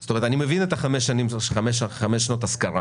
מבין את חמש שנות השכרה.